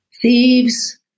thieves